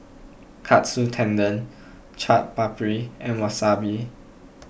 Katsu Tendon Chaat Papri and Wasabi